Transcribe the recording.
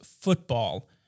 football